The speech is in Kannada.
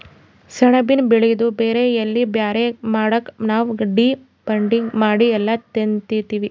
ಸೆಣಬಿನ್ ಬೆಳಿದು ಬೇರ್ ಎಲಿ ಬ್ಯಾರೆ ಮಾಡಕ್ ನಾವ್ ಡಿ ಬಡ್ಡಿಂಗ್ ಮಾಡಿ ಎಲ್ಲಾ ತೆಗಿತ್ತೀವಿ